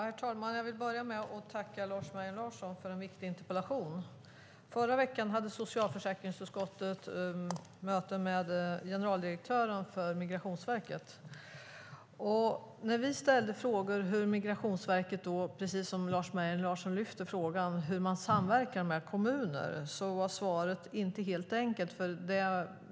Herr talman! Jag vill börja med att tacka Lars Mejern Larsson för en viktig interpellation. Förra veckan hade socialförsäkringsutskottet möte med generaldirektören för Migrationsverket. När vi ställde frågor om hur Migrationsverket - Lars Mejern Larsson lyfte frågan här - samverkar med kommuner var svaret inte helt enkelt.